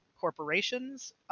corporations